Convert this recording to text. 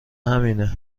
همینه